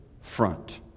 front